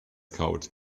kaut